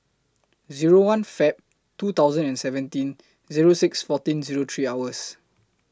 Zero one Feb twenty and seventeen Zero six fourteen Zero three hours